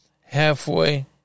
halfway